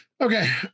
Okay